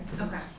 Okay